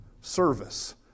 service